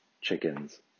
chickens